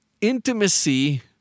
Intimacy